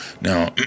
Now